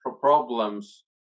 problems